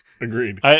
Agreed